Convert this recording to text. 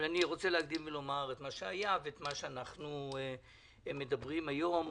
אבל אני רוצה להקדים ולומר את מה שהיה ואת מה שאנחנו מדברים עליו היום.